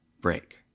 break